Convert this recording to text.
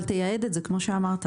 אבל תייעד את זה כמו שאמרת,